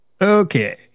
Okay